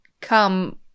come